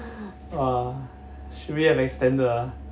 !wah! should we have extended ah